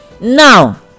now